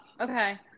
okay